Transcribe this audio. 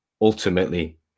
ultimately